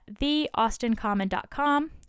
theaustincommon.com